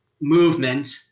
movement